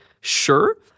Sure